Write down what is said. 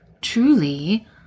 truly